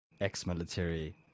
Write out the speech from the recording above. ex-military